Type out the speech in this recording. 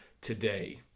today